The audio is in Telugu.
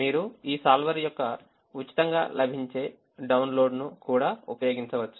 మీరు ఈ solver యొక్క ఉచితంగా లభించే డౌన్లోడ్ను కూడా ఉపయోగించవచ్చు